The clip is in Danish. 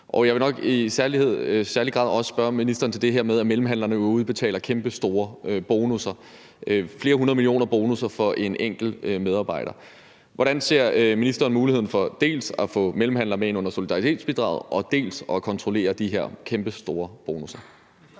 og jeg vil i særlig grad også spørge ministeren til det her med, at mellemhandlere jo får udbetalt kæmpestore bonusser, flere hundrede millioner kroner store bonusser for en enkelt medarbejder. Hvordan ser ministeren på mulighederne for dels at få mellemhandlere med ind under solidaritetsbidraget, dels at kontrollere de her kæmpestore bonusser?